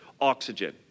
oxygen